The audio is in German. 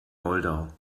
moldau